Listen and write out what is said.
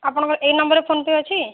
ଆପଣଙ୍କ ଏଇ ନମ୍ବର୍ ରେ ଫୋନ୍ ପେ ଅଛି